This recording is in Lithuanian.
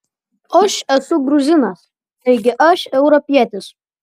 aš esu gruzinas taigi aš europietis